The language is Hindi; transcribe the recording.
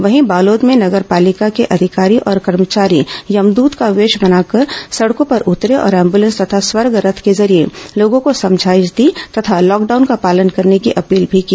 वहीं बालोद में नगर पालिका के अधिकारी और कर्मचारी यमदूत का वेश बनाकर सड़कों पर उतरे और एंबुलेंस तथा स्वर्ग रथ के जरिये लोगों को समझाइश दी तथा लॉकडाउन का पालन करने की अपील की